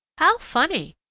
how funny!